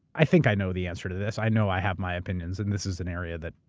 i think i know the answer to this. i know i have my opinions and this is an area that.